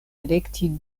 elekti